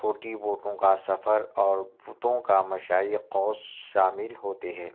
چھوٹی بوٹوں کا سفر اور پتوں کا مشائق قوس شامل ہوتے ہیں